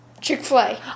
Chick-fil-A